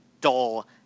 dull